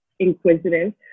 Inquisitive